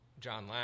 John